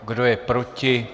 Kdo je proti?